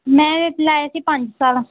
ਮੈਂ ਲਗਾਏ ਸੀ ਪੰਜ ਸਾਲ